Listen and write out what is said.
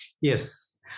Yes